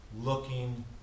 looking